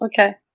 Okay